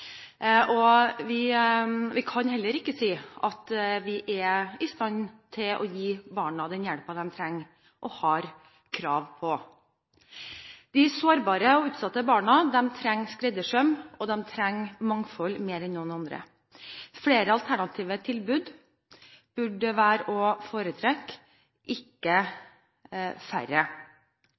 og har krav på. De sårbare og utsatte barna trenger skreddersøm, og de trenger mangfold mer enn noen andre. Flere alternative tilbud burde være å foretrekke – ikke færre.